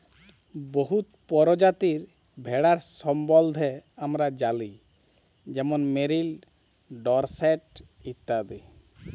বহুত পরজাতির ভেড়ার সম্বল্ধে আমরা জালি যেমল মেরিল, ডরসেট ইত্যাদি